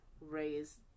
raised